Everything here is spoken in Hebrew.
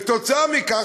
כתוצאה מכך,